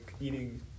eating